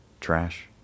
trash